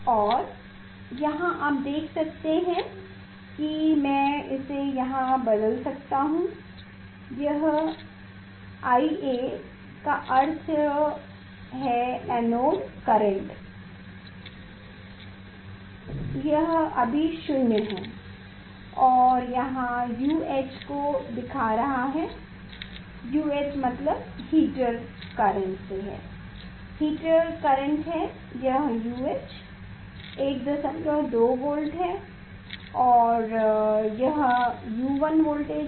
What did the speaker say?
और यहाँ आप यह देख सकते हैं कि मैं इसे यहाँ बदल सकता हूँ यह IA का अर्थ यहाँ एनोड करंट से है यह अभी 0 है और यहाँ UH को दिखा रहा है UH का मतलब है हीटर करंट से है हीटर करंट है यह UH 12 वोल्ट है और यह U1 वोल्टेज है